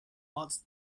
watched